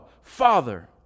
Father